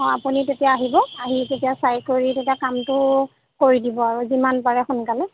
অঁ আপুনি তেতিয়া আহিব আহি তেতিয়া চাই কৰি তেতিয়া কামটো কৰি দিব আৰু যিমান পাৰে সোনকালে